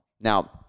Now